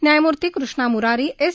न्यायमूर्ती कृष्णा म्रारी एस